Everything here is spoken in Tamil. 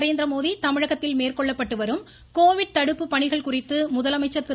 நரேந்திரமோடி தமிழகத்தில் மேற்கொள்ளப்பட்டு வரும் கோவிட் தடுப்பு பணிகள் குறித்து முதலமைச்சர் திரு